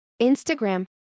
Instagram